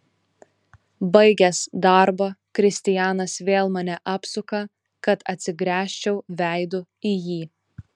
baigęs darbą kristianas vėl mane apsuka kad atsigręžčiau veidu į jį